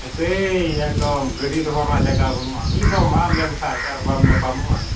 ᱥᱮᱭ ᱮᱠᱫᱚᱢ ᱜᱟᱹᱰᱤ ᱫᱚᱦᱚ ᱨᱮᱱᱟᱜ ᱡᱟᱜᱟ ᱵᱟᱹᱱᱩᱜᱼᱟ ᱢᱤᱫ ᱫᱚᱢ ᱟᱫ ᱞᱮᱱᱠᱷᱟᱡ ᱟᱨ ᱵᱟᱢ ᱧᱟᱯᱟᱢᱚᱜᱼᱟ